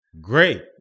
Great